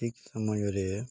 ଠିକ୍ ସମୟରେ